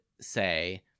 say